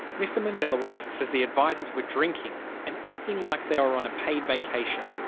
mr mendelawitz says the advisers were drinking and acting like they were on a paid vacation.